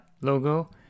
logo